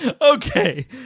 Okay